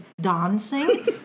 dancing